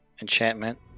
enchantment